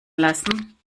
lassen